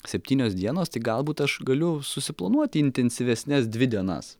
septynios dienos tai galbūt aš galiu susiplanuoti intensyvesnes dvi dienas